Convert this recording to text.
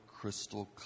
crystal